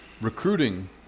recruiting